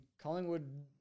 Collingwood